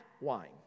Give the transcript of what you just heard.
wine